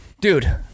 dude